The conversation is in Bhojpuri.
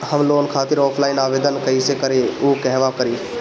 हम लोन खातिर ऑफलाइन आवेदन कइसे करि अउर कहवा करी?